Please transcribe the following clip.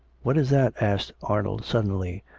what is that? asked arnold suddenly.